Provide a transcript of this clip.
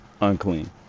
unclean